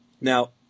Now